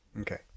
Okay